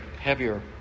heavier